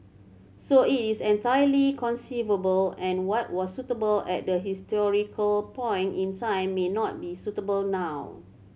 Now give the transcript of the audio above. so it is entirely conceivable and what was suitable at the historical point in time may not be suitable now